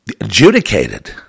adjudicated